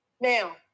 now